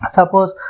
Suppose